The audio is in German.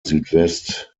südwest